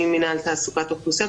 אני ממינהל תעסוקת אוכלוסיות,